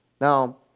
Now